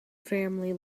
family